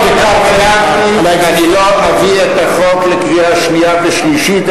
התחייבתי שאני לא אביא את החוק לקריאה שנייה ושלישית,